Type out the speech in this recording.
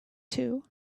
two